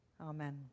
Amen